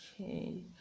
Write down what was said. Okay